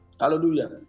Hallelujah